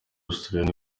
australia